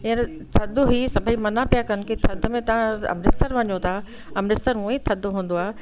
हीअंर थधि हुई सभेई मना पिया कनि की थधि में तव्हां अमृत्सर वञो था अमृत्सर उहे ई थधो हूंदो आहे